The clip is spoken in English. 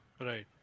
right